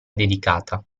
dedicata